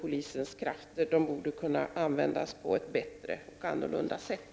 Polisens krafter borde kunna användas på ett bättre sätt.